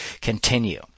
continue